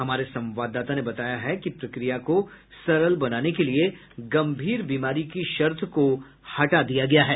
हमारे संवाददाता ने बताया है कि प्रक्रिया को सरल बनाने के लिए गंभीर बीमारी की शर्त को हटा दिया गया है